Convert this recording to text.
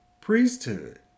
priesthood